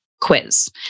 quiz